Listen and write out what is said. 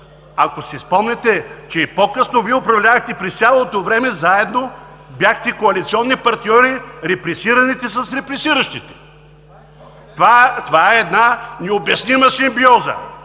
ако си спомняте, че и по-късно Вие управлявахте през цялото време заедно и бяхте коалиционни партньори – репресираните с репресиращите! Това е една необяснима симбиоза!